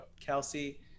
Kelsey